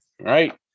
right